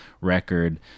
record